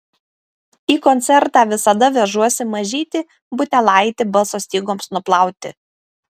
į koncertą visada vežuosi mažytį butelaitį balso stygoms nuplauti